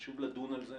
חשוב לדון על זה.